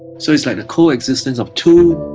so it's like a coexistence of two.